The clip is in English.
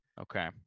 Okay